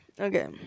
Okay